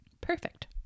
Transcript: Perfect